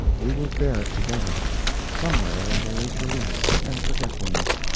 we will bear it together somewhere there is release and forgetfulness,